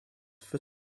for